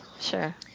sure